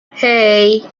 hey